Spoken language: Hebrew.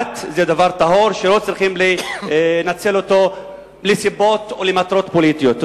דת זה דבר טהור שלא צריכים לנצל אותו לסיבות או למטרות פוליטיות.